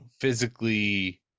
physically